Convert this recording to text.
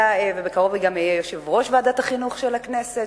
ובקרוב גם יהיה יושב-ראש ועדת החינוך של הכנסת,